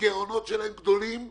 ירדו מתחת למינוס.